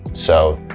so,